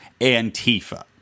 Antifa